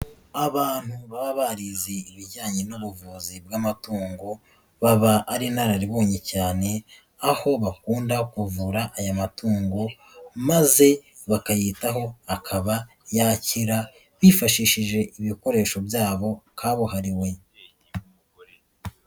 Abantu baba barize ibijyanye n'ubuvuzi bw'amatungo, baba ari inararibonye cyane, aho bakunda kuvura aya matungo maze bakayitaho akaba yakira, bifashishije ibikoresho byabo kabuhariwe.